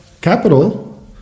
capital